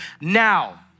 now